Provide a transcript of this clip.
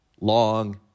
long